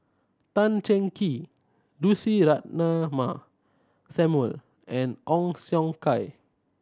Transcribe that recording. Tan Cheng Kee Lucy Ratnammah Samuel and Ong Siong Kai